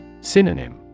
Synonym